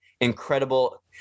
incredible